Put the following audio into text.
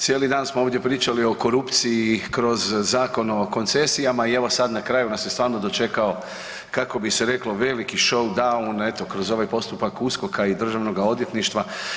Cijeli dan smo ovdje pričali o korupciji i kroz Zakon o koncesijama i evo sad na kraj nas je stvarno dočekao, kako bi se reklo, veliki showdown eto kroz ovaj postupak USKOK-a i državnoga odvjetništva.